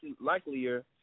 likelier